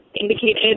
indicated